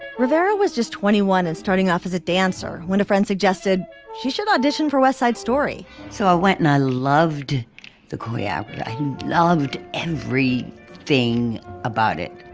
rivera was just twenty one and starting off as a dancer when a friend suggested she should audition for west side story so i went and i loved the career. i loved every thing about it.